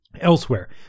Elsewhere